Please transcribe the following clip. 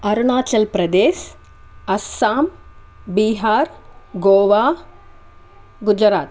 Arunachal Pradesh Assam Bihar Goa Gujarat